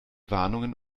warnungen